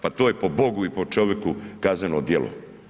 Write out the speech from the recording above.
Pa to je po Bogu i po čoviku kazneno djelo.